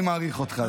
אני מעריך אותך,